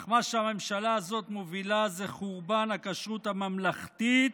אך מה שהממשלה הזאת מובילה זה חורבן הכשרות הממלכתית,